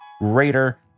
greater